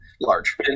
large